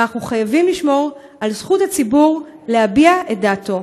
ואנחנו חייבים לשמור על זכות הציבור להביע את דעתו.